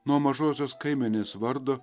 nuo mažosios kaimenės vardo